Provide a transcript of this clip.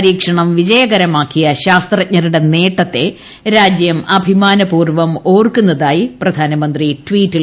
പരീക്ഷണം വിജയകരമാക്കിയ ശാസ്ത്രജ്ഞരുടെ നേട്ടത്തെ രാജ്യം അഭിമാനപൂർവ്വം ഓർക്കുന്നതായി പ്രധാനമന്ത്രി ട്വീറ്റിൽ കുറിച്ചു